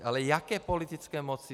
Ale jaké politické moci?